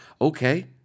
Okay